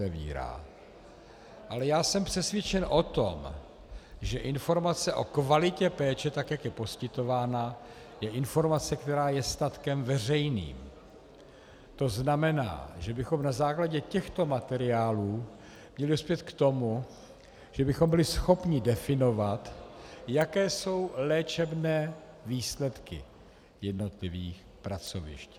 Jsem ale přesvědčen o tom, že informace o kvalitě péče, tak jak je poskytována, je informace, která je statkem veřejným, to znamená, že bychom na základě těchto materiálů měli dospět k tomu, že bychom byli schopni definovat, jaké jsou léčebné výsledky jednotlivých pracovišť.